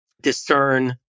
discern